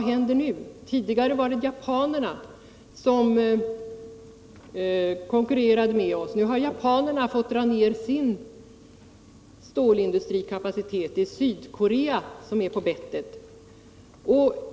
Tidigare konkurrerade japanerna med oss, men nu har de fått dra ned sin stålindustrikapacitet och det är Sydkorea som är på bettet.